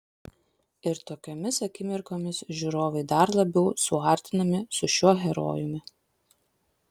ir tokiomis akimirkomis žiūrovai dar labiau suartinami su šiuo herojumi